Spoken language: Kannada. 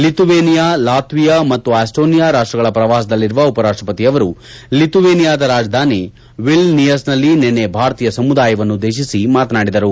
ಲಿಥುವೇನಿಯಾ ಲಾತ್ಸಿಯಾ ಮತ್ತು ಆಸ್ರೋನಿಯಾ ರಾಷ್ಟಗಳ ಪ್ರವಾಸದಲ್ಲಿರುವ ಉಪರಾಷ್ತ ಪತಿಯವರು ಲಿಥುವೇನಿಯಾದ ರಾಜಧಾನಿ ವಿಲ್ನಿಯಸ್ ನಲ್ಲಿ ನಿನ್ನೆ ಭಾರತೀಯ ಸಮುದಾಯವನ್ನು ಉದ್ದೇಶಿಸಿ ಮಾತನಾಡಿದರು